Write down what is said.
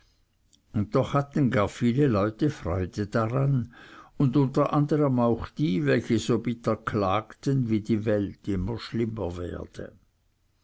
und doch hatten gar viele leute freude daran und unter andern auch die welche so bitter klagten wie die welt immer schlimmer werde